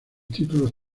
títulos